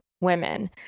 women